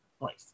place